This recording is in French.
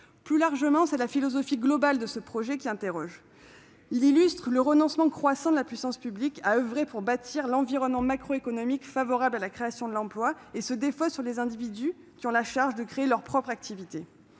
Plus largement, c'est la philosophie globale de ce projet qui nous amène à nous interroger. Ce texte illustre le renoncement croissant de la puissance publique à oeuvrer pour bâtir l'environnement macroéconomique favorable à la création de l'emploi et qui préfère se défausser sur les individus qui ont la charge de créer leur propre activité.